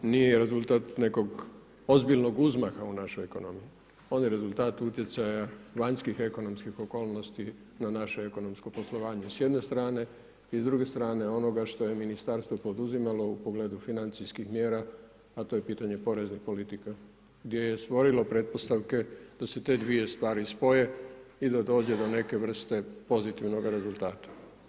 Nije rezultat nekog ozbiljnog uzmaka u našoj ekonomiji, on je rezultat uticanja vanjskih ekonomskih okolnosti na naše ekonomsko poslovanje s jedne strane i s druge srane onoga što je ministarstvo poduzimalo u pogledu financijskih mjera, a to je pitanje porezne politike, gdje je stvorilo pretpostavke, da se te dvije stvari spoje i da dođe do neke vrste pozitivnoga rezultata.